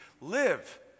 Live